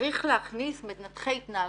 צריך להכניס מנתחי התנהגות,